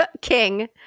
King